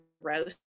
roast